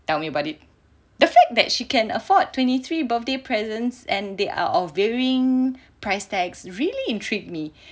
tell me about it the fact that she can afford twenty three birthday presents and they are of varying price tags really intrigued me